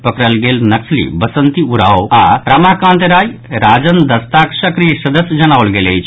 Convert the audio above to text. पकड़ल गेल नक्सली बसंती उरांव आओर रामाकान्त राय राजन दस्ताक सक्रिय सदस्य जनाओल गेल अछि